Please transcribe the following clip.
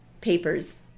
papers